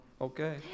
okay